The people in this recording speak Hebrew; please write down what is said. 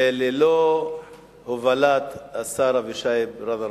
וללא הובלת השר אבישי ברוורמן,